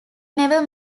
never